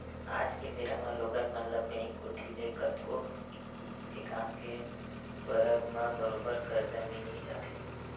आज के बेरा म लोगन मन ल बेंक कोती ले कतको जिनिस के काम के परब म बरोबर करजा मिल ही जाथे